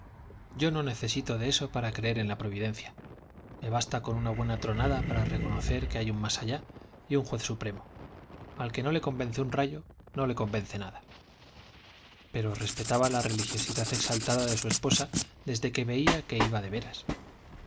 yo no necesito de eso para creer en la providencia me basta con una buena tronada para reconocer que hay un más allá y un juez supremo al que no le convence un rayo no le convence nada pero respetaba la religiosidad exaltada de su esposa desde que veía que iba de veras